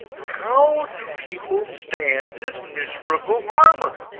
how do people stand this miserable armor?